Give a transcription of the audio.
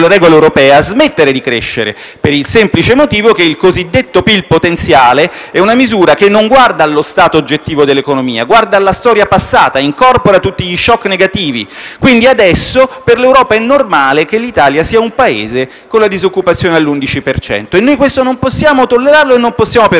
Paese si condanna a smettere di crescere, per il semplice motivo che il cosiddetto PIL potenziale è una misura che non guarda allo stato oggettivo dell'economia ma alla storia passata, incorpora tutti gli *shock* negativi. Pertanto, adesso per l'Europa è normale che l'Italia sia un Paese con la disoccupazione all'11 per cento e noi questo non possiamo tollerarlo e non possiamo permettercelo.